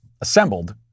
assembled